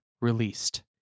released